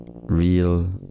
real